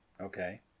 okay